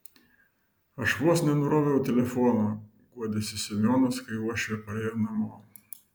aš vos nenuroviau telefono guodėsi semionas kai uošvė parėjo namo